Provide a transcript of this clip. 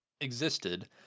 existed